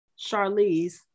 Charlize